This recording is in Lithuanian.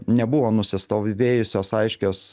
nebuvo nusistovėjusios aiškios